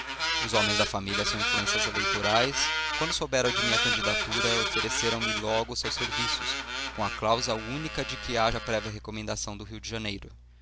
os homens da família são influências eleitorais quando souberam da minha candidatura ofereceram-me logo os seus serviços com a cláusula única de que haja prévia recomendação do rio de janeiro